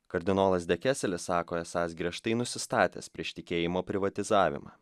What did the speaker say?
kardinolas dekeselis sako esąs griežtai nusistatęs prieš tikėjimo privatizavimą